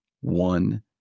one